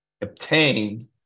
obtained